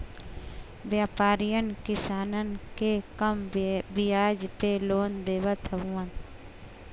व्यापरीयन किसानन के कम बियाज पे लोन देवत हउवन